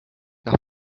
nach